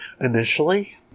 initially